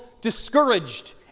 discouraged